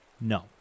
No